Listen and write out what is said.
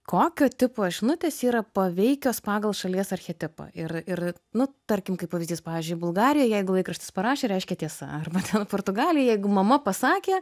kokio tipo žinutės yra paveikios pagal šalies archetipą ir ir nu tarkim kaip pavyzdys pavyzdžiui bulgarija jeigu laikraštis parašė reiškia tiesa arba ten portugalija jeigu mama pasakė